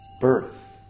Birth